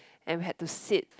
and we had to sit